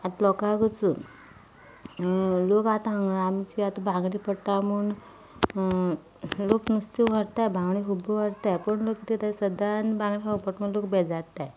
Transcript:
आतां लोकांकू चोय लोक आतां हांगा आमची आतां बांगडे पडटा म्हूण लोक नुस्तें व्हरतात बांगडे खूब व्हरतात पूण लोक कितें सदां बांगडे खावपा पडटा म्हूण लोक बेजारतात